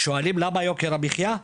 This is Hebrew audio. שואלים למה יוקר המחיה?